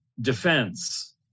defense